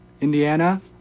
Indiana